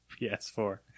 PS4